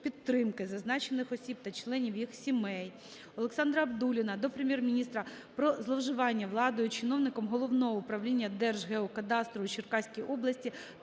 підтримки зазначених осіб та членів їх сімей. Олександра Абдулліна до Прем'єр-міністра про зловживання владою чиновником Головного управління Держгеокадастру у Черкаській області